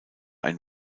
ein